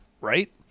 right